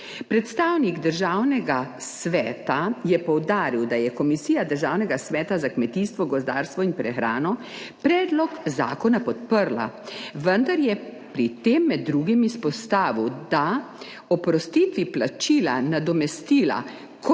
Predstavnik Državnega sveta je poudaril, da je Komisija Državnega sveta za kmetijstvo, gozdarstvo in prehrano predlog zakona podprla. Vendar je pri tem med drugim izpostavil, da oprostitvi plačila nadomestila kot